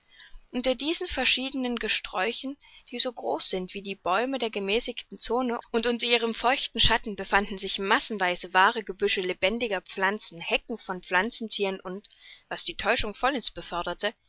unter diesen verschiedenen gesträuchen die so groß sind wie die bäume der gemäßigten zone und unter ihrem feuchten schatten befanden sich massenweis wahre gebüsche lebendiger pflanzen hecken von pflanzenthieren und was die täuschung vollends beförderte